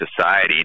society